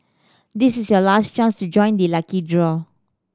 this is your last chance to join the lucky draw